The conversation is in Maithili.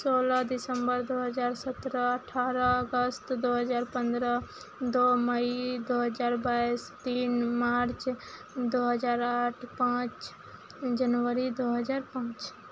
सोलह दिसम्बर दू हजार सत्रह अठारह अगस्त दू हजार पन्द्रह दू मई दू हजार बाइस तीन मार्च दू हजार आठ पाँच जनवरी दू हजार पाँच